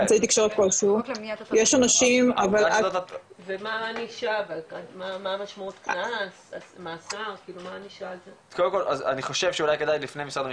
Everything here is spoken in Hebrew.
אז קודם כל אני חושב שאולי לפני משרד המשפטים,